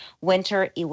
Winter